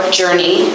journey